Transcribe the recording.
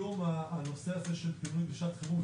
היום הנושא הזה של פינוי בשעת חירום,